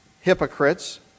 hypocrites